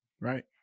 right